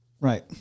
right